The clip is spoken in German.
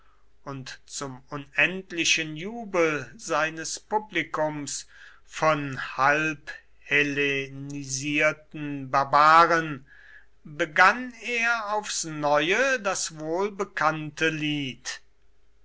und zum unendlichen jubel seines publikums von halbhellenisierten barbaren begann er aufs neue das wohlbekannte lied